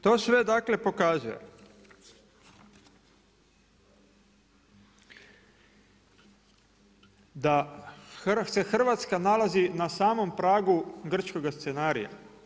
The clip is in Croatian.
To sve, dakle pokazuje da se Hrvatska nalazi na samom pragu grčkog scenarija.